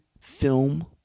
film